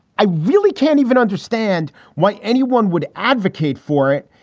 i really can't even understand why anyone would advocate for it,